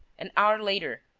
an hour later,